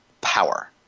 power